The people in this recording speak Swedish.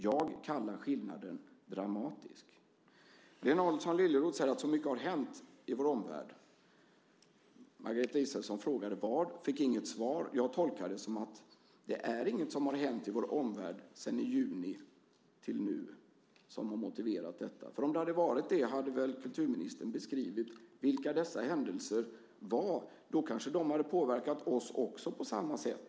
Jag kallar det för en dramatisk skillnad. Lena Adelsohn Liljeroth säger att det är så mycket som har hänt i vår omvärld. Margareta Israelsson frågade vad det var men fick inget svar. Jag gör tolkningen att ingenting har hänt i vår omvärld från juni och fram till nu som motiverat detta. Om det hade varit så hade väl kulturministern beskrivit vilka dessa händelser var. Då hade de kanske påverkat oss också på samma sätt.